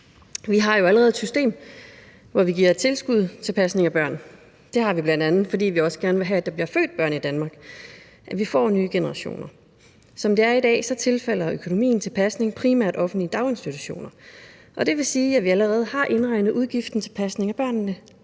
Vi har jo allerede et system, hvor vi giver tilskud til pasning af børn. Det har vi, bl.a. fordi vi også gerne vil have, at der bliver født børn i Danmark, at vi får nye generationer. Som det er i dag, tilfalder økonomien til pasning primært offentlige daginstitutioner, og det vil sige, at vi allerede har indregnet udgiften til pasning af børnene,